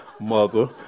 mother